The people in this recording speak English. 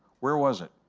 where was it?